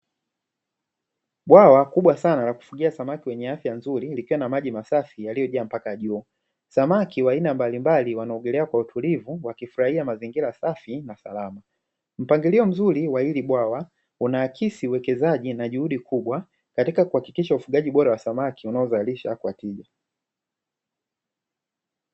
Bwawa kubwa sana la kufugia samaki wenye afya nzuri, likiwa na maji masafi yaliyojaa mpaka juu, samaki wa aina mbalimbali wanaogelea Kwa utulivu, wakifurahia mazingira safi na salama. Mpangilio mzuri wa hili bwawa unaakisi uwekezaji na juhudi kubwa katika kuhakikisha ufugaji bora wa samaki unaozalisha kwa tija.